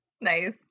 Nice